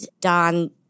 Don